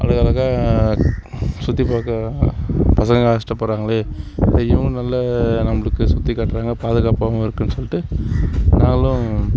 அழகழகாக சுற்றிப் பார்க்க பசங்கள் ஆசைப்பட்றாங்களே இவங்களும் நல்லா நம்மளுக்கு நல்லா சுற்றிக் காட்டுறாங்க பாதுகாப்பாகவும் இருக்குதுன்னு சொல்லிட்டு நாங்களும்